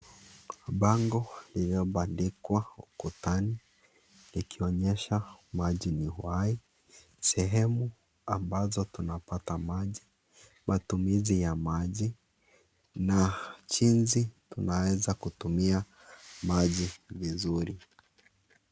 Bango lililobandikwa ukutani likionyesha maji ni uhai, sehemu ambazo tunapata maji, matumizi ya maji na jinsi tunaweza kutumia maji vizuri.